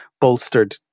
bolstered